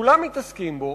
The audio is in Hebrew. כולם מתעסקים בו,